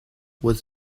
was